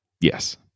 yes